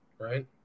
right